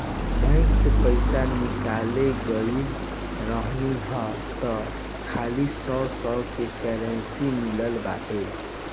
bank से पईसा निकाले गईल रहनी हअ तअ खाली सौ सौ के करेंसी मिलल बाटे